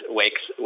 wakes